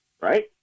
right